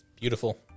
Beautiful